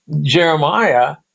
Jeremiah